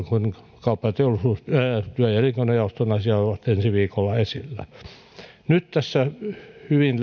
kun johtamani työ ja elinkeinojaoston asiat ovat ensi viikolla esillä nyt tässä hyvin